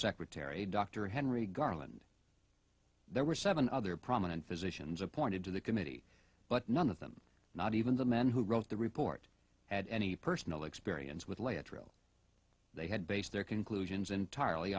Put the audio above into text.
secretary dr henry garland there were seven other prominent physicians appointed to the committee but none of them not even the man who wrote the report had any personal experience with lay a trail they had based their conclusions entirely